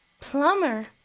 Plumber